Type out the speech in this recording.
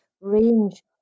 range